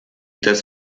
dass